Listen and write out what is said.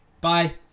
Bye